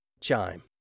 Chime